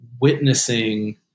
witnessing